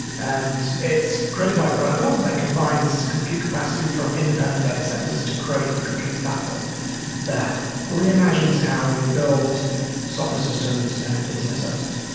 and it's created by a product um that combines compute capacity from independent data centers to create a compute platform that reimagines how we build software systems and internet services.